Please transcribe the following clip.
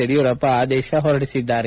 ಯಡಿಯೂರಪ್ಪ ಆದೇಶ ಹೊರಡಿಸಿದ್ದಾರೆ